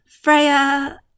Freya